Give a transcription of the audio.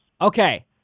Okay